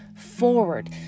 forward